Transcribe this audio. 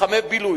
מתחמי בילוי,